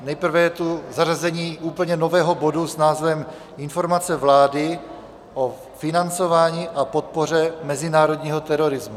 Nejprve je tu zařazení úplně nového bodu s názvem Informace vlády o financování a podpoře mezinárodního terorismu.